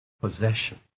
possession